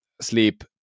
sleep